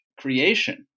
creation